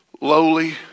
lowly